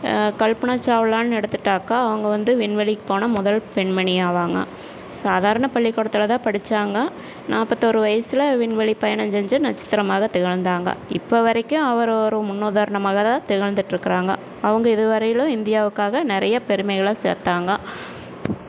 கல்பனா சாவ்லான்னு எடுத்துட்டாக்கா அவங்க வந்து விண்வெளிக்கு போன முதல் பெண்மணி ஆவாங்க சாதாரண பள்ளிக்கூடத்தில்தான் படித்தாங்க நாற்பத்தோரு வயசில் விண்வெளிக்கு பயணம் செஞ்சு நட்சத்திரமாக திகழ்ந்தாங்க இப்போது வரைக்கும் அவர் ஒரு முன்னுதாரணமாக தான் திகழ்ந்துட்டு இருக்கிறாங்க அவங்க இதுவரையிலும் இந்தியாவுக்காக நிறைய பெருமைகளை சேர்த்தாங்க